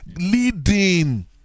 Leading